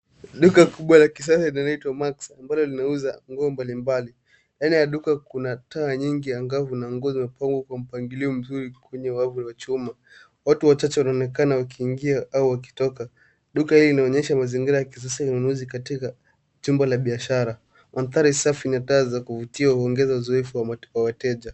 Duka kubwa la kisasa linaitwa max ambalo linauza nguo mbalimbali. Ndani ya duka kuna taa nyingi angavu na nguo zimepangwa kwa mpangilio mzuri kwenye wavu la chuma. Watu wachache wanaonekana wakiingia au wakitoka. Duka hili linaonyesha mazingira ya kisasa ya ununuzi katika chumba la biashara. Mandhari safi na taa za kuvutia huongeza uzoefu wa wateja.